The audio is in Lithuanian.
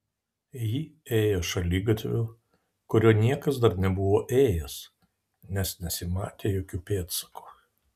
ji ėjo šaligatviu kuriuo niekas dar nebuvo ėjęs nes nesimatė jokių pėdsakų